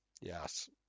Yes